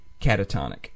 catatonic